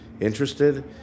interested